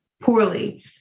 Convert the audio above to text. poorly